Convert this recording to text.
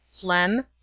phlegm